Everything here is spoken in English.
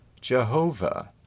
Jehovah